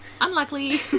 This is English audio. unlucky